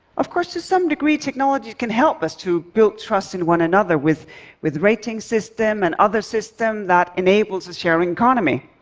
of course, to some degree, technology can help us to build trust in one another with with ratings systems and other systems that enable the sharing economy.